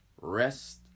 rest